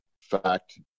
fact